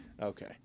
Okay